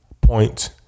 point